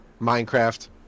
minecraft